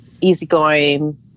easygoing